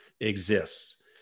exists